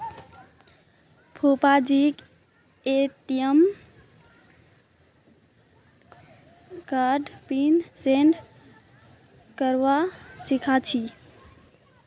फूफाजीके ए.टी.एम कार्डेर pin set करवा सीखा छि